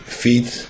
feet